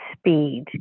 speed